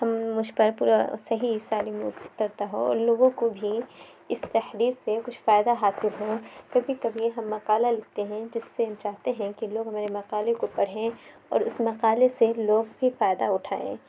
ہم مجھ پر پورا صحیح سالم اُترتا ہو اور لوگوں کو بھی اِس تحریر سے کچھ فائدہ حاصل ہو کبھی کبھی ہم مقالہ لکھتے ہیں جس سے ہم چاہتے ہیں کہ لوگ میرے مقالے کو پڑھیں اور اُس مقالے سے لوگ بھی فائدہ اُٹھائیں